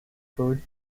food